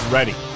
Ready